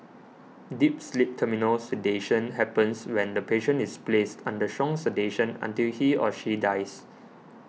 deep sleep Terminal sedation happens when the patient is placed under strong sedation until he or she dies